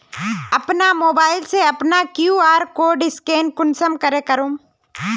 अपना मोबाईल से अपना कियु.आर कोड स्कैन कुंसम करे करूम?